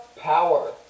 power